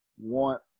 want